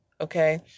Okay